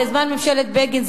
בזמן ממשלת בגין,